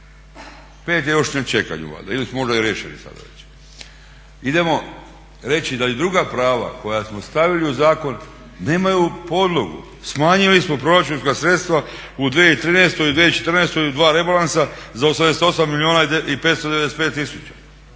Pet je još na čekanju ili smo možda i riješili sada već. Idemo reći da i druga prava koja smo stavili u zakon nemaju podlogu, smanjili smo proračunska sredstva u 2013. i 2014. u dva rebalansa za 88 milijuna i 595 000.